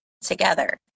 together